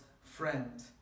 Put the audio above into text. friend